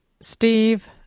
Steve